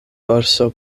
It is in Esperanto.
dorso